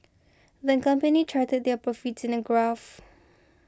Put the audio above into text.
the company charted their profits in a graph